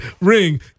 Ring